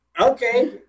okay